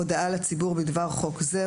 הודעה לציבור בדבר חוק זה,